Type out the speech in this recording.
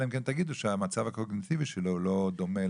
אלא אם כן תגידו שהמצב הקוגניטיבי שלו לא דומה.